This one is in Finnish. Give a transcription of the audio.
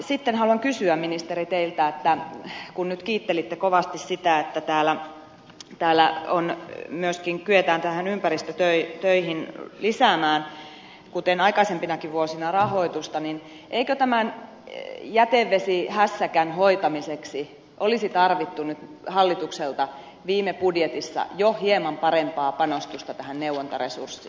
sitten haluan kysyä ministeri teiltä kun nyt kiittelitte kovasti sitä että täällä myöskin kyetään ympäristötöihin lisäämään kuten aikaisempinakin vuosina rahoitusta niin eikö tämän jätevesihässäkän hoitamiseksi olisi tarvittu nyt hallitukselta viime budjetissa jo hieman parempaa panostusta tähän neuvontaresurssiin